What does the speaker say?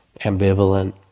ambivalent